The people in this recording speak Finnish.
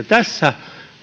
tässä